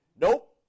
Nope